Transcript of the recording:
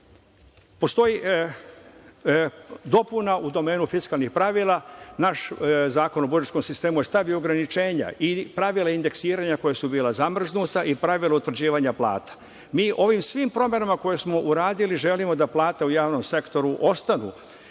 lečenje. Postoji dopuna u domenu fiskalnih pravila. Naš Zakon o budžetskom sistemu je stavio ograničenja i pravila indeksiranja koja su bila zamrznuta i pravila utvrđivanja plata. Mi ovim svim promenama koje smo uradili želimo da plate u javnom sektoru ostanu,